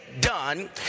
done